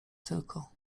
tylko